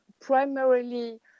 primarily